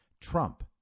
Trump